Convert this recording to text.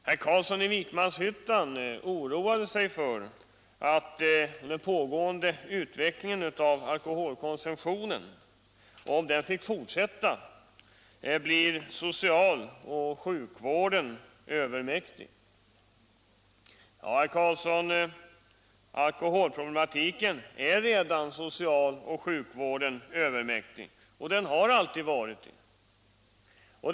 Herr Carlsson i Vikmanshyttan oroade sig för att den pågående utvecklingen av alkoholkonsumtionen — om den får fortsätta — blir socialoch sjukvården övermäktig. Ja, herr Carlsson, alkoholproblematiken är redan social och sjukvården övermäktig och har alltid varit det.